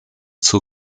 zur